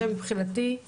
מבחינתי זה